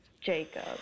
Jacob